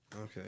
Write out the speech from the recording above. Okay